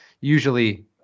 usually